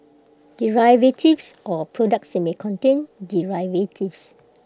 derivatives or products that may contain derivatives